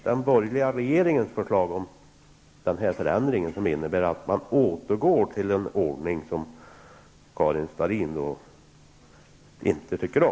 Den borgerliga regeringens förslag om den här förändringen innebär egentligen att man återgår till en ordning som Karin Starrin inte tycker om.